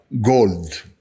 gold